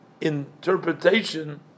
interpretation